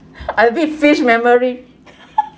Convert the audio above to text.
I with fish memory